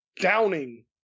downing